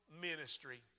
ministry